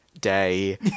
day